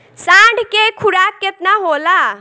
साँढ़ के खुराक केतना होला?